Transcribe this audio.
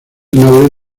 nobles